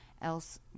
else